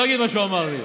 לא אגיד מה הוא אמר לי.